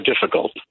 difficult